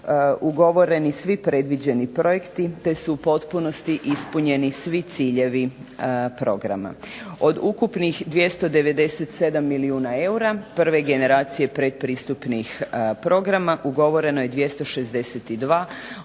ugovoreni svi predviđeni projekti, te su u potpunosti ispunjeni svi ciljevi programa. Od ukupnih 297 milijuna eura prve generacije pretpristupnih programa ugovoreno je 262,